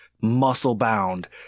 muscle-bound